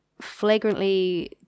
flagrantly